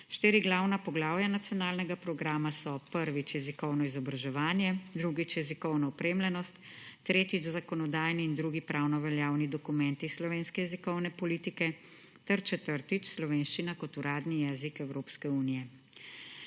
Štiri glavna poglavja nacionalnega programa so: prvič - jezikovno izobraževanje, drugič – jezikovna opremljenost, tretjič – zakonodajni in drugi pravno veljavni dokumenti slovenske jezikovne politike ter četrtič – slovenščina kot uradni jezik Evropske unije.